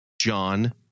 John